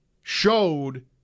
showed